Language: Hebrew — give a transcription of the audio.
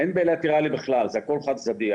אין בילטרלי בכלל, זה הכול חד צדדי.